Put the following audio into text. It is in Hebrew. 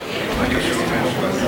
מצולם.